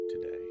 today